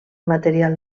material